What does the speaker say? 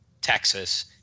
Texas